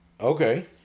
Okay